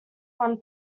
one